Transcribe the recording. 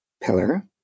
pillar